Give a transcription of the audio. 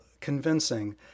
convincing